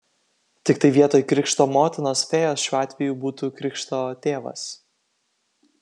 tiktai vietoj krikšto motinos fėjos šiuo atveju būtų krikšto tėvas